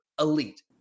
elite